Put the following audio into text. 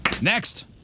Next